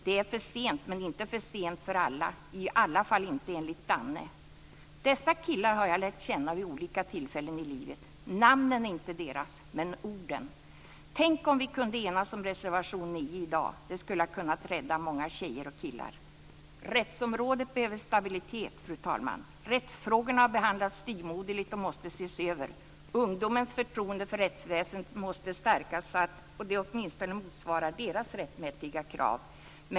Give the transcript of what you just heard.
De är sent men inte för sent för alla!" I alla fall är det inte för sent enligt Danne. Dessa killar har jag lärt känna vid olika tillfällen i livet. Namnen är inte deras men orden. Tänk om vi kunde enas om reservation 9 i dag! Det skulle kunna rädda många tjejer och killar. Rättsområdet behöver stabilitet, fru talman! Rättsfrågorna behandlas styvmoderligt och måste ses över. Ungdomens förtroende för rättsväsendet måste stärkas så att det åtminstone motsvarar deras rättmätiga krav.